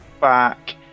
back